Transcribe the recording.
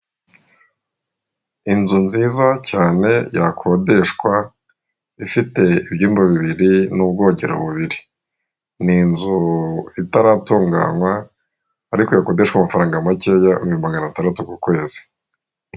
Inzu nziza cyane yakodeshwa ifite ibyumba bibiri n'ubwogero bubiri, ni inzu itaratunganywa ariko yakodeshwa amafaranga makeya ibihumbi magana atandatu ku kwezi.